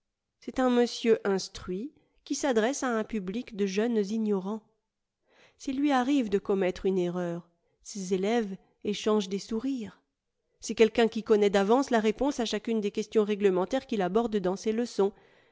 c'est un monsieur instruit qui s'adresse à un public de jeunes ignorants s'il lui arrive de commettre une erreur ses élèves échangent des sourires c'est quelqu'un qui connaît d'avance la réponse à chacune des questions réglementaires qu'il aborde dans ses leçons